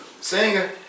singer